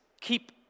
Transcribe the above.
keep